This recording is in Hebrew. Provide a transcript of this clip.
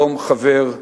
שלום, חבר.